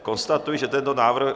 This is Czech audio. Konstatuji, že tento návrh...